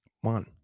One